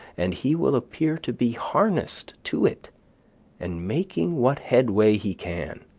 and he will appear to be harnessed to it and making what headway he can.